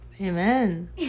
amen